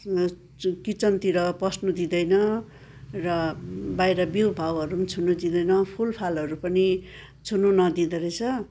किचनतिर पस्नु दिँदैन र बाहिर बिउ भाउहरू छुनु दिँदैन फुलफलहरू पनि छुनु नदिँदो रहेछ